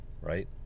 right